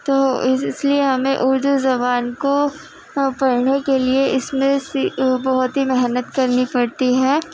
تو اس اس لیے ہمیں اردو زبان کو پڑھنے کے لیے اس میں بہت ہی محنت کرنی پڑتی ہے